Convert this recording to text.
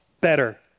better